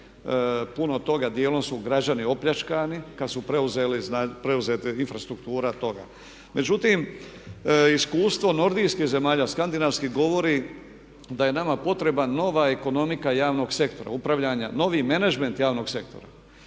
puno toga, dijelom su građani opljačkani kad su preuzete infrastrukture toga. Međutim, iskustvo nordijskih zemalja, skandinavskih govori da je nama potrebna nova ekonomika javnog sektora, upravljanja, novi menadžment javnog sektora.